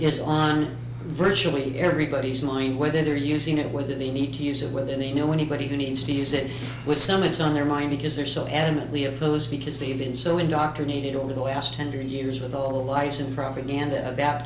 is on virtually everybody's mind whether they're using it whether they need to use it within the you know anybody who needs to use it with some it's on their mind because they're so adamantly opposed because they've been so indoctrinated all the last hundred years with all the lies and propaganda about